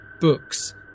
books